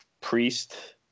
priest